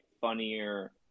funnier